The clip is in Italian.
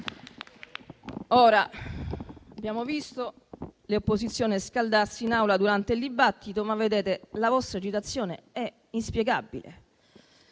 Abbiamo visto le opposizioni scaldarsi in Aula durante il dibattito, ma vedete, la vostra agitazione è inspiegabile.